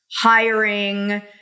hiring